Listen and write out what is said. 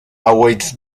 awaits